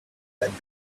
that